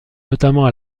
notamment